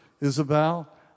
Isabel